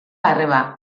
arreba